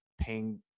paying